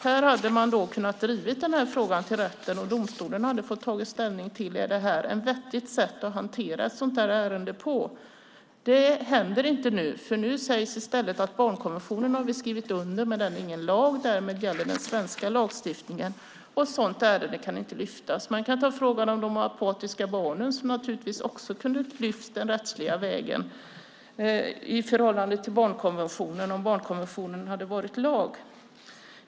Här hade man kunnat driva den här frågan till rätten, och domstolen hade fått ta ställning till om det var ett vettigt sätt att hantera ett sådant här ärende. Det händer inte nu. Nu sägs i stället att vi har skrivit under barnkonventionen, men den är inte någon lag. Därmed gäller den svenska lagstiftningen, och ett sådant ärende kan inte lyftas. Frågan om de apatiska barnen kunde naturligtvis också ha lyfts den rättsliga vägen i förhållande till barnkonventionen om barnkonventionen hade varit lag.